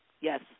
Yes